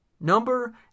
Number